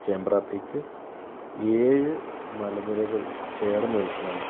Chembra peak ഏഴ് മല നിരകൾ ചേർന്ന് നിൽക്കുന്നതാണ്